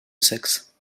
seks